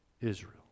Israel